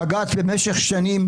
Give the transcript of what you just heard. הבג"ץ למשך שנים,